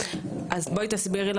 היא מדברת על